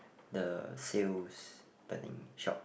the sales betting shop